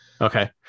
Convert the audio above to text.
Okay